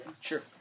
Sure